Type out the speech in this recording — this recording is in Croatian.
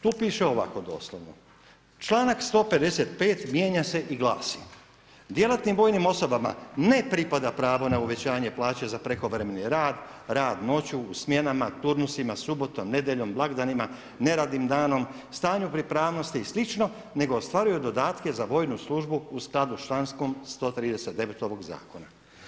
Tu piše ovako doslovno članak 155. mijenja se i glasi, djelatnim vojnim osobama ne pripada pravo na uvećanje plaće za prekovremeni rad, rad noću u smjenama, turnusima, subotom, nedjeljom, blagdanima, neradnim danom, stanju pripravnosti i slično nego ostvaruju dodatke za vojnu službu u skladu s člankom 139. ovog zakona.